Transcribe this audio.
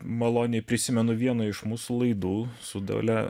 maloniai prisimenu vieną iš mūsų laidų su dalia